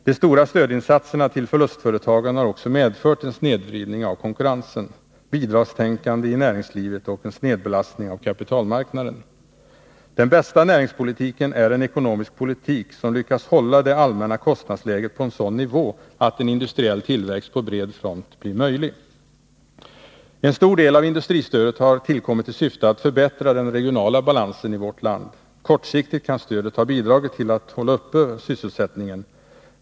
De stora stödinsatserna till förlustföretagen har också medfört en snedvridning av konkurrensen, bidragstänkande i näringslivet och en snedbelastning av kapitalmarknaden. Den bästa näringspolitiken är en ekonomisk politik som lyckas hålla det allmänna kostnadsläget på en sådan nivå att en industriell tillväxt på bred front blir möjlig. En stor del av industristödet har tillkommit i syfte att förbättra den regionala balansen i vårt land. Kortsiktigt kan stödet ha bidragit till att hålla uppe sysselsättningen.